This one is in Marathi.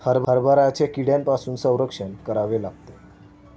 हरभऱ्याचे कीड्यांपासून संरक्षण करावे लागते